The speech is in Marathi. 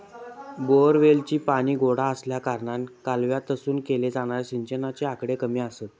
बोअरवेलीचा पाणी गोडा आसल्याकारणान कालव्यातसून केले जाणारे सिंचनाचे आकडे कमी आसत